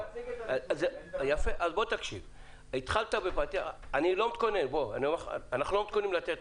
אנחנו לא מתכוונים לתת